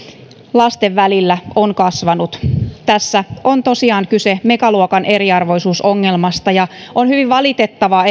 lasten välillä on kasvanut tässä on tosiaan kyse megaluokan eriarvoisuusongelmasta ja on hyvin valitettavaa